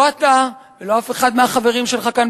לא אתה ולא אף אחד מהחברים שלך כאן